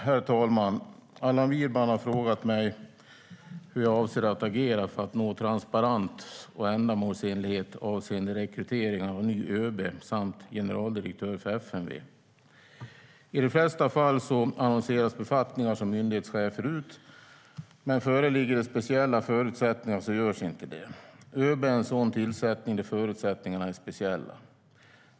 Herr talman! Allan Widman har frågat mig hur jag avser att agera för att nå transparens och ändamålsenlighet avseende rekryteringarna av ny ÖB samt generaldirektör för FMV. I de flesta fall annonseras befattningar som myndighetschefer ut, men föreligger det speciella förutsättningar görs inte det. ÖB är en sådan tillsättning där förutsättningarna är speciella.